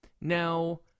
now